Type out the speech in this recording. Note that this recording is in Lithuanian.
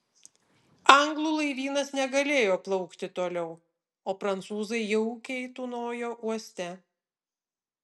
anglų laivynas negalėjo plaukti toliau o prancūzai jaukiai tūnojo uoste